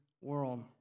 world